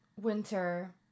winter